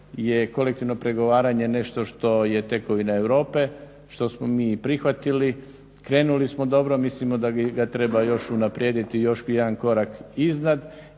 je kolektivno pregovaranje nešto što je tekovina Europe, što smo mi prihvatili. Krenuli smo dobro mislimo da ga treba još unaprijediti još jedan korak iznad